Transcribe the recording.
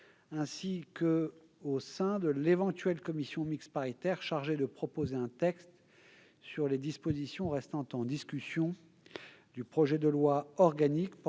ainsi qu'au sein de l'éventuelle commission mixte paritaire chargée de proposer un texte sur les dispositions restant en discussion du projet de loi organique portant